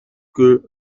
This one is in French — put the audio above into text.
que